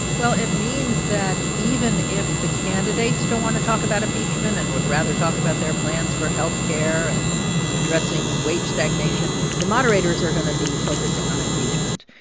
well, it means that even if the candidates don't want to talk about impeachment and would rather talk about their plans for health care and addressing wage stagnation, the moderators are going to be focusing on impeachment.